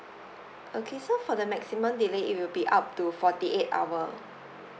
okay so for the maximum delay it will be up to forty eight hour